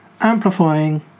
amplifying